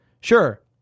Sure